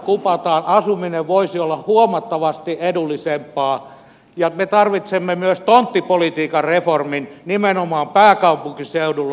asuminen voisi olla huomattavasti edullisempaa ja me tarvitsemme myös tonttipolitiikan reformin nimenomaan pääkaupunkiseudulla